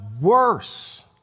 worse